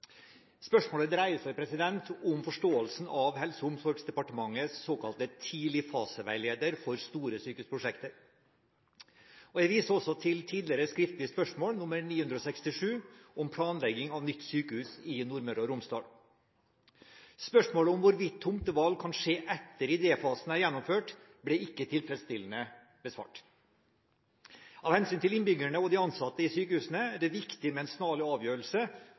Spørsmålet dreier seg om forståelse av Helse- og omsorgsdepartementets såkalte tidligfaseveileder for store sykehusprosjekter: «Jeg viser til skriftlig spørsmål nr. 967 om planlegging av nytt sykehus i Nordmøre og Romsdal. Spørsmålet om tomtevalg kan skje etter idéfasen, ble ikke besvart. Av hensyn til innbyggerne og de ansatte i sykehusene er det viktig med en snarlig